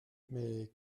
mais